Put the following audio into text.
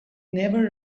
never